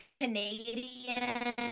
Canadian